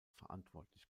verantwortlich